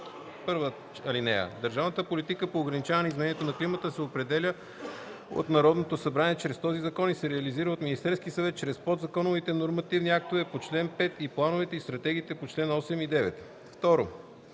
така: „(1) Държавната политика по ограничаване изменението на климата се определя от Народното събрание чрез този закон и се реализира от Министерския съвет чрез подзаконовите нормативни актове по чл. 5 и плановете и стратегиите по чл. 8 и 9. (2)